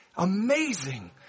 amazing